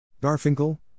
Garfinkel